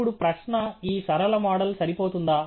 ఇప్పుడు ప్రశ్న ఈ సరళ మోడల్ సరిపోతుందా